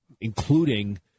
including